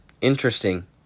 interesting